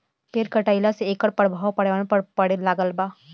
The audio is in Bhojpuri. पेड़ कटईला से एकर प्रभाव पर्यावरण पर पड़े लागल बा